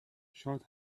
شاد